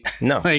No